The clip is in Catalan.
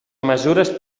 mesures